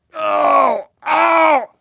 oh! ow!